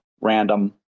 random